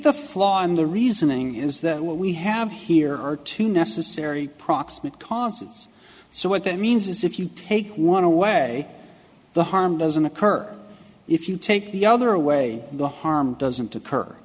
the flaw in the reasoning is that what we have here are two necessary proximate causes so what that means is if you take one away the harm doesn't occur if you take the other away the harm doesn't occur